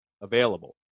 available